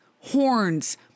horns